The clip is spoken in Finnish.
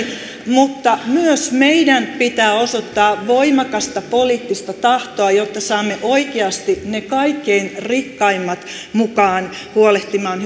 mutta myös meidän pitää osoittaa voimakasta poliittista tahtoa jotta saamme oikeasti ne kaikkein rikkaimmat mukaan huolehtimaan